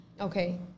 Okay